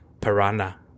piranha